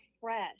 fresh